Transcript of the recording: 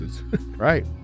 right